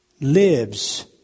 lives